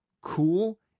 cool